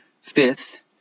Fifth